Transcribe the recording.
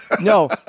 No